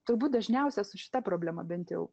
turbūt dažniausia su šita problema bent jau